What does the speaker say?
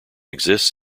exists